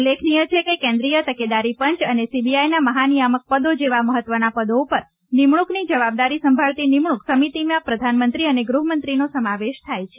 ઉલ્લેખય છે કે કેન્દ્રીય તકેદારી પંચ અને સીબીઆઈના મહાનિયામક પદો જેવા મહત્વના પદો પર નિમણૂંકની જવાબદારી સંભાળતી નિમણૂંક સમિતિમાં પ્રધાનમંત્રી અને ગૃહમંત્રીનો સમાવેશ થાય છે